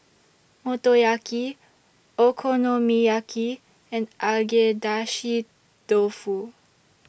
Motoyaki Okonomiyaki and Agedashi Dofu